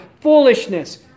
foolishness